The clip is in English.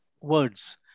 words